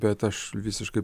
bet aš visiškai